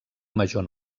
major